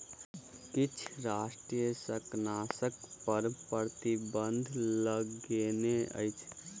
किछ राष्ट्र शाकनाशक पर प्रतिबन्ध लगौने अछि